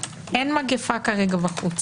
אין מגיפה כרגע בחוץ.